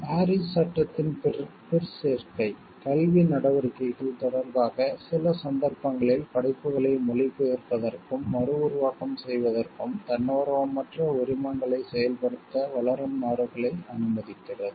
Paris சட்டத்தின் பிற்சேர்க்கை கல்வி நடவடிக்கைகள் தொடர்பாக சில சந்தர்ப்பங்களில் படைப்புகளை மொழிபெயர்ப்பதற்கும் மறுஉருவாக்கம் செய்வதற்கும் தன்னார்வமற்ற உரிமங்களைச் செயல்படுத்த வளரும் நாடுகளை அனுமதிக்கிறது